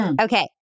okay